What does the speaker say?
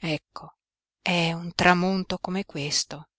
ecco è un tramonto come questo